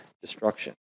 destruction